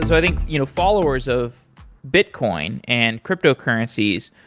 so i think you know followers of bitcoin and cryptocurrencies,